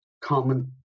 common